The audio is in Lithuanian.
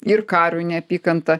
ir karui neapykanta